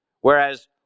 Whereas